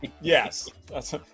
Yes